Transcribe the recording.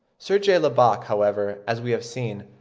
sir j. lubbock, however, as we have seen,